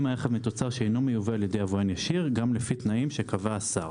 אם הרכב מתוצר שאינו מיובא על ידי יבואן ישיר גם לפי תנאים שקבע השר,